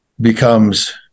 becomes